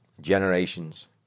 generations